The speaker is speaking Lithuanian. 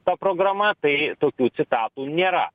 ta programa tai tokių citatų nėra